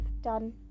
done